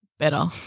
Better